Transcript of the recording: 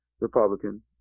Republican